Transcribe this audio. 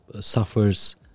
suffers